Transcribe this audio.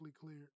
cleared